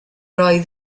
oedd